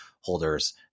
holders